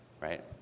right